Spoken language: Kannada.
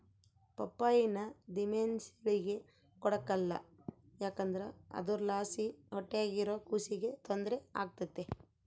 ಪಪ್ಪಾಯಿನ ದಿಮೆಂಸೇಳಿಗೆ ಕೊಡಕಲ್ಲ ಯಾಕಂದ್ರ ಅದುರ್ಲಾಸಿ ಹೊಟ್ಯಾಗಿರೋ ಕೂಸಿಗೆ ತೊಂದ್ರೆ ಆಗ್ತತೆ